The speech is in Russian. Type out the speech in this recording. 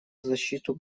защиту